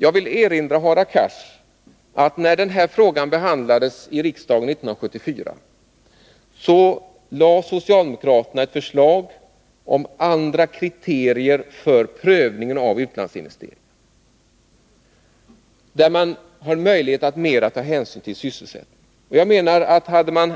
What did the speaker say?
Jag vill erinra Hadar Cars om att socialdemokraterna när denna fråga 1974 behandlades i riksdagen lade fram ett förslag om andra kriterier för prövningen av utlandsinvesteringar. Enligt förslaget skulle man ha möjlighet att mera ta hänsyn till sysselsättningen. Hade man